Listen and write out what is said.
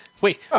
Wait